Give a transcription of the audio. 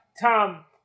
Tom